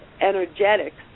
energetics